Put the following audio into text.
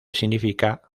significa